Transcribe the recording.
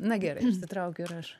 na gerai išsitraukiu ir aš